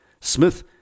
Smith